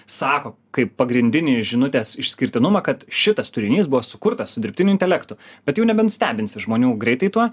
sako kaip pagrindinį žinutės išskirtinumą kad šitas turinys buvo sukurtas su dirbtiniu intelektu bet jau nebenustebinsi žmonių greitai tuo